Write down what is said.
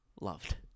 loved